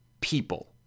people